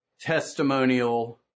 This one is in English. testimonial